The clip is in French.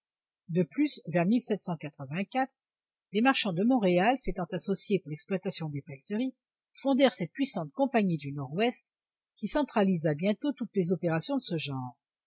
de plus vers des marchands de montréal s'étant associés pour l'exploitation des pelleteries fondèrent cette puissante compagnie du nord-ouest qui centralisa bientôt toutes les opérations de ce genre